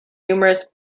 numerous